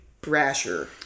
Brasher